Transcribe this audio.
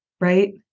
Right